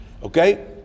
Okay